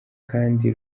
kandi